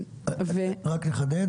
רק לחדד.